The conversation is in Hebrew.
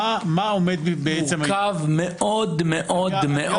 מורכב מאוד מאוד מאוד,